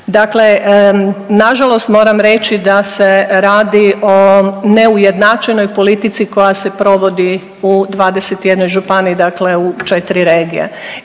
Dakle nažalost moram reći da se radi o neujednačenoj politici koja se provodi u 21 županiji, dakle u 4 regije